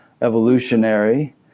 evolutionary